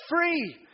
free